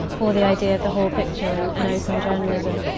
for the idea of the whole picture and, and open journalism.